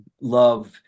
love